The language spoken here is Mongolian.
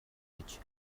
гэж